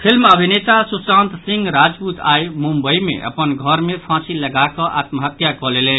film अभिनेता सुशांत सिंह राजपूत आइ मुम्बई मे अपन घर मे फांसी लगाकऽ आत्म हत्या कऽ लेलनि